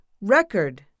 record